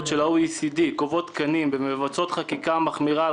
ה-OECD קובעות תקנים ומבצעות חקיקה מחמירה על